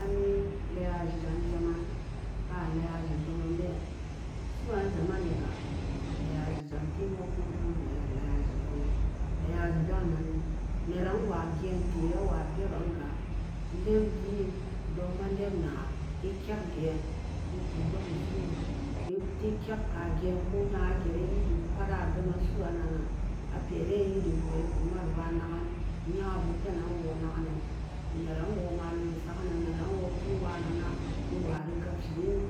Anni laiyaji ran zaman a'laiyabi doman been su'an samaniga laiyabi jamte moo kum-kerere riga iya laiyaji doman laiyaji da'an nan-ni neran wa geente nwa bebban-ga lep vien don-ma lep naa ikeg-geen iku domosu ikeg geen ko nya ageri idibu para'aduman su'an-nanan apere idibuga ikumaro ba nagan nyabu penan nwo nagan-man neran nwo malori sagga-nan neran nwo tum-nwa-nanna iwo ri gabshi en